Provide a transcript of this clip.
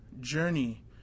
journey